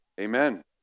amen